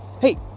Hey